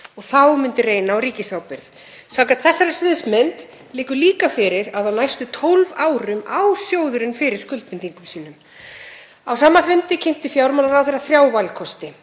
og þá myndi reyna á ríkisábyrgð. Samkvæmt þessari sviðsmynd liggur líka fyrir að á næstu 12 árum á sjóðurinn fyrir skuldbindingum sínum. Á sama fundi kynnti fjármálaráðherra þrjá valkosti;